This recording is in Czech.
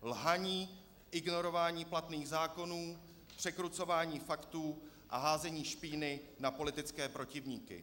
Lhaní, ignorování platných zákonů, překrucování faktů a házení špíny na politické protivníky.